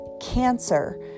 cancer